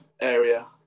area